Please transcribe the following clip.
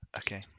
Okay